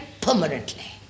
permanently